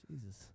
Jesus